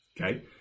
okay